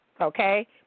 okay